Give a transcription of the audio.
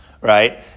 right